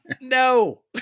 No